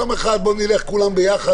יום אחד בוא נלך כולם ביחד.